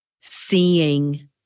seeing